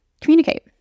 communicate